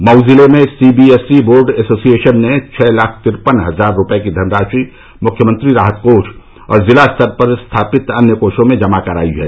मऊ जिले में CBSE board association ने छह लाख तिरपन हजार रूपये की धनराशि मुख्यमंत्री राहत कोष और जिला स्तर पर स्थापित अन्य कोषों में जमा करायी है